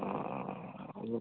অঁ হ'ব